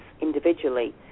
individually